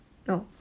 no